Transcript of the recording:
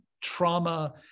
trauma